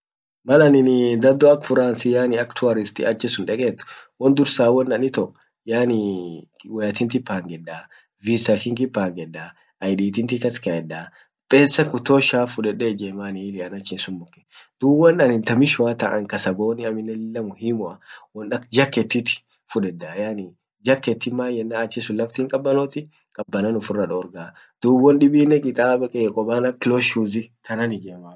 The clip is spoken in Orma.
mallanini daddo akfuransi yaani ak tuaristi achisun deket won dursa won anitho yaanii woya tinti pangedavisa kinki pangeda id tinti kaskayedda pesa kutosha fudedde ijeman ili an ach hinsumbukkin dub won an tamisho ta an kasabon aminnen lilla muhimua won ak jaketifudedda yaani jaketin man yennan achinsun laft hinkabbanoti kabbanan ufirra dorgaa dub won dibinnen kitaba koban ak close shuzi kanan ijema